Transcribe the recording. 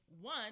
one